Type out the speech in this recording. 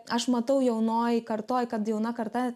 aš matau jaunoj kartoj kad jauna karta